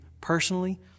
personally